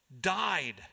died